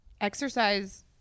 exercise